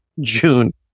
June